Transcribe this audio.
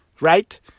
right